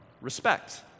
respect